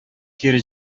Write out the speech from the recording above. кире